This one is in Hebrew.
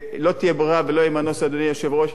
לא תהיה ברירה ולא יהיה מנוס, אדוני היושב-ראש,